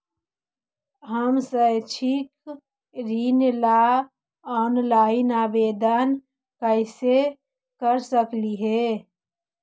हम शैक्षिक ऋण ला ऑनलाइन आवेदन कैसे कर सकली हे?